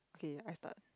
okay I start